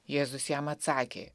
jėzus jam atsakė